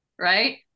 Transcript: right